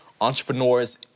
entrepreneurs